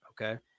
Okay